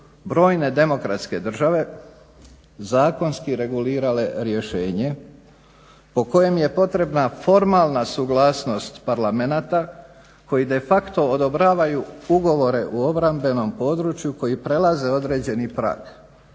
brojne demokratske države zakonski regulirale rješenje po kojem je potrebna formalna suglasnost parlamenata koji de facto odobravaju ugovore u obrambenom području koji prelaze određeni prag,